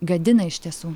gadina iš tiesų